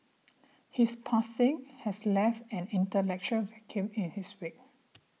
his passing has left an intellectual vacuum in his wake